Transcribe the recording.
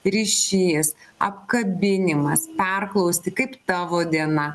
ryšys apkabinimas perklausti kaip tavo diena